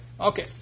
Okay